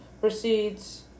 proceeds